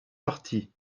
parti